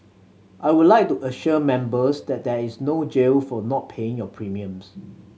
i would like to assure Members that there is no jail for not paying your premiums